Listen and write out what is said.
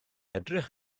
edrych